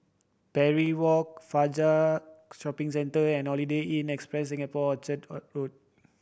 Parry Walk Fajar Shopping Centre and Holiday Inn Express Singapore Road